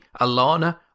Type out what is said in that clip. Alana